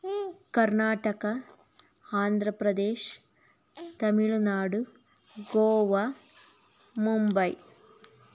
Karnataka Andhra Pradesh Tamil Nadu Goa Mumbai